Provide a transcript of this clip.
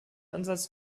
ansatz